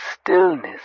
stillness